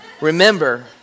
Remember